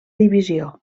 divisió